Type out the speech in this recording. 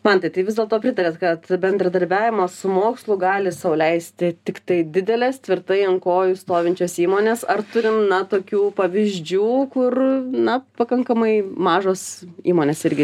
mantai tai vis dėlto pritariat kad bendradarbiavimą su mokslu gali sau leisti tiktai didelės tvirtai ant kojų stovinčios įmonės ar turim na tokių pavyzdžių kur na pakankamai mažos įmonės irgi